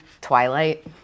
Twilight